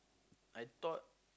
I thought